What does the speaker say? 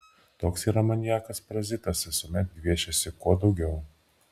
toks yra maniakas parazitas visuomet gviešiasi kuo daugiau